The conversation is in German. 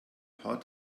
paar